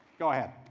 go ahead